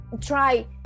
try